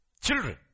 children